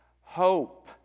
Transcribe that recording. hope